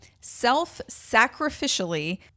self-sacrificially